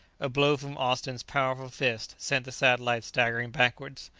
a blow from austin's powerful fist sent the satellite staggering backwards.